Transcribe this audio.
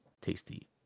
tasty